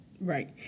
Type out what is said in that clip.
Right